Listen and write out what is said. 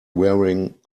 wearing